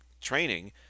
training